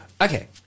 okay